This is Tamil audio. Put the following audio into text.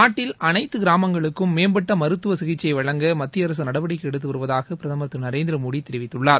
நாட்டில் அனைத்து கிராமங்களுக்கும் மேம்பட்ட மருத்துவ சிகிச்சை வழங்க மத்திய அரசு நடவடிக்கை எடுத்து வருவதாக பிரதமர் திரு நரேந்திர மோடி தெிவித்துள்ளார்